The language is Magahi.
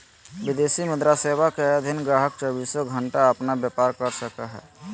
विदेशी मुद्रा सेवा के अधीन गाहक़ चौबीसों घण्टा अपन व्यापार कर सको हय